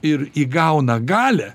ir įgauna galią